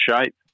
shape